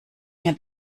mir